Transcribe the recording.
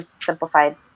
simplified